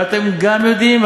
ואתם גם יודעים,